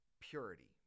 purity